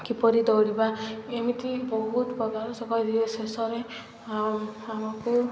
କିପରି ଦୌଡ଼ିବା ଏମିତି ବହୁତ ପ୍ରକାର କରିଦିଏ ଶେଷରେ ଆମକୁ